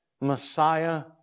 Messiah